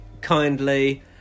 kindly